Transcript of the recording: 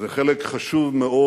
זה חלק חשוב מאוד